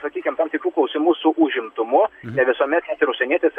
sakykim tam tikrų klausimų su užimtumu ne visuomet užsienietis